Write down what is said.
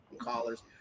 callers